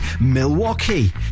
Milwaukee